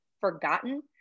forgotten